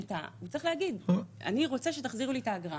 הוא צריך להגיד: אני רוצה שתחזירו לי את האגרה.